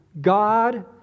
God